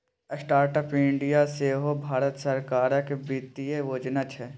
startup India सेहो भारत सरकारक बित्तीय योजना छै